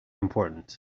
important